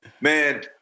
Man